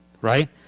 right